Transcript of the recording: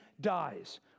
dies